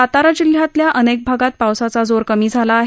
सातारा जिल्ह्यातल्या अनेक भागांत पावसाचा जोर कमी झाला आहे